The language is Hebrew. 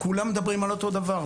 כולם מדברים על אותו דבר.